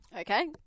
Okay